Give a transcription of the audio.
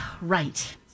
Right